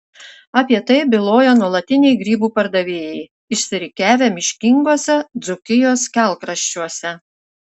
apie tai byloja nuolatiniai grybų pardavėjai išsirikiavę miškinguose dzūkijos kelkraščiuose